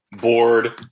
board